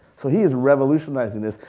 so he is revolutionizing this.